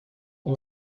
این